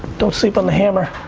don't sleep on the hammer.